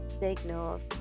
signals